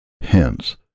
Hence